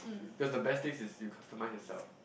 cause the best thing is you customize yourself